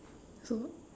so